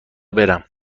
برم